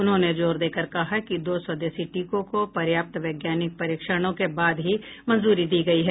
उन्होंने जोर देकर कहा कि दो स्वदेशी टीकों को पर्याप्त वैज्ञानिक परीक्षणों के बाद ही मंजूरी दी गई है